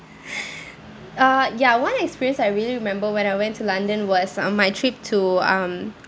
uh ya one experience I really remember when I went to london was uh my trip to um